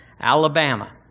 Alabama